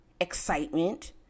excitement